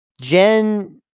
Jen